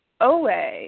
OA